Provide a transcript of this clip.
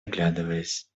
оглядываясь